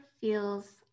feels